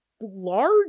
large